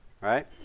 right